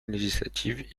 législative